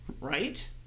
Right